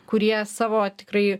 kurie savo tikrąjį